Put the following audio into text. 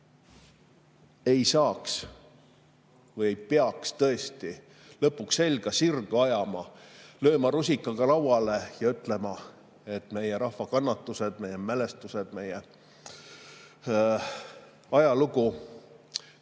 ei saaks või ei peaks tõesti lõpuks selga sirgu ajama, lööma rusikaga lauale ja ütlema, et meie rahva kannatused, meie mälestused, meie ajalugu